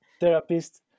therapist